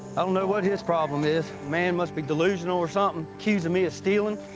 i don't know what his problem is. man must be delusional or something, accusing me of stealing.